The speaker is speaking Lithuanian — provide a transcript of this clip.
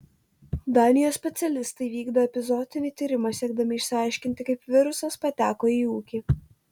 danijos specialistai vykdo epizootinį tyrimą siekdami išsiaiškinti kaip virusas pateko į ūkį